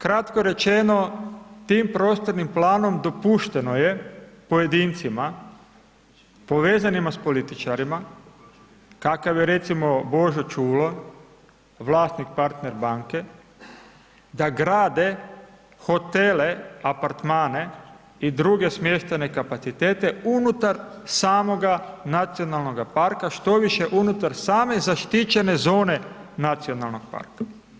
Kratko rečeno tim prostornim planom dopušteno je pojedincima povezanima s političarima kakav je recimo Božo Čulo vlasnik Partner banke, da grade hotele, apartmane i druge smještajne kapacitete unutar samoga nacionalnoga parka, što više unutar same zaštićene zone nacionalnog parka.